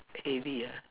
heavy ah